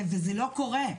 וזה לא קורה.